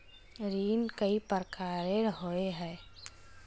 ऋण कई प्रकार होए है?